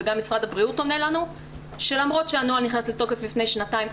וגם משרד הבריאות עונה לנו שלמרות שהנוהל נכנס לתוקף לפני שנתיים,